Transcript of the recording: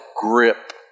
grip